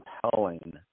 compelling